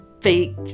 fake